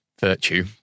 virtue